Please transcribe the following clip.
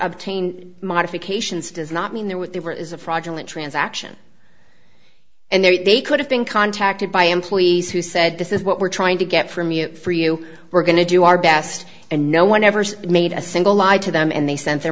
obtain modifications does not mean they're what they were is a fraudulent transaction and there they could have been contacted by employees who said this is what we're trying to get from you for you we're going to do our best and no one ever made a single lie to them and they sent their